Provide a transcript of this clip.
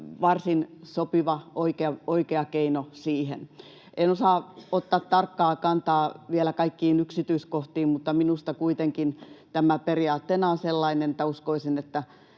varsin sopiva, oikea keino siihen. En osaa ottaa tarkkaa kantaa vielä kaikkiin yksityiskohtiin, mutta minusta kuitenkin tämä periaatteena on sellainen, että uskoisin, että